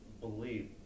believe